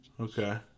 Okay